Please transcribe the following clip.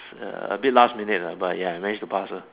err a bit last minute lah but ya I managed to pass uh